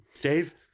Dave